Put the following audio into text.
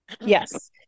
Yes